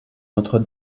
notre